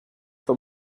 for